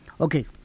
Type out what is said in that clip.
Okay